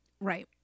Right